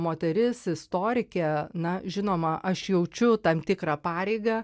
moteris istorikė na žinoma aš jaučiu tam tikrą pareigą